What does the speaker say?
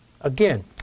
Again